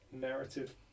narrative